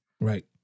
Right